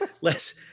less